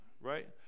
Right